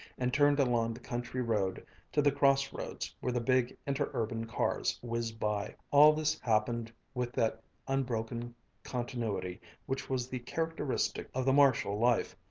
and turned along the country road to the cross-roads where the big interurban cars whizzed by. all this happened with that unbroken continuity which was the characteristic of the marshall life,